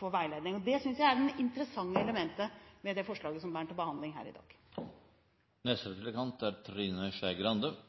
for veiledning. Det synes jeg er det interessante elementet med det forslaget som er til behandling her i dag. Min bekymring er